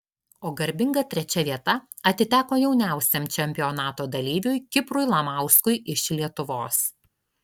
o garbinga trečia vieta atiteko jauniausiam čempionato dalyviui kiprui lamauskui iš lietuvos